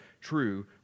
true